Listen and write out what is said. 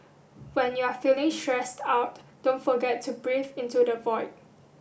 when you are feeling stressed out don't forget to breathe into the void